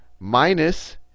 Minus